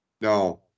No